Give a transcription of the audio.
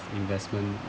investment